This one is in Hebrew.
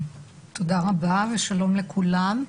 תודה רבה ושלום לכולם.